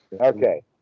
Okay